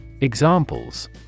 Examples